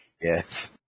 Yes